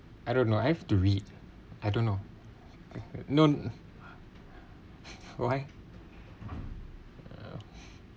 I don't know have to read I don't know known why